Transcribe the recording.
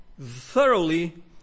thoroughly